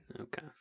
Okay